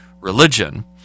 religion